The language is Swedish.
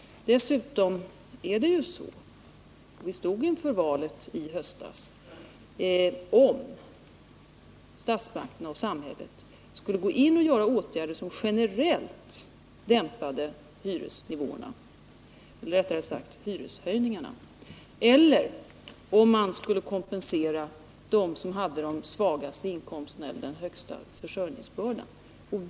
Dessutom stod vi i höstas inför valet att antingen låta samhället gå in med åtgärder, som generellt skulle dämpa hyreshöjningarna, eller att kompensera dem som har de svagaste inkomsterna eller den högsta försörjningsbördan för dessa.